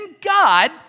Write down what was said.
God